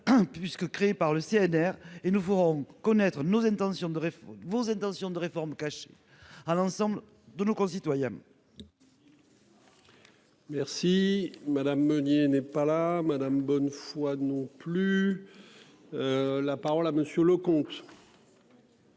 puisque créée par le CNR et nous ferons connaître nos intentions de vos intentions de réforme caché à l'ensemble de nos concitoyens. Merci madame Meunier n'est pas là. Madame bonne foi non plus. La parole à Monsieur le comte.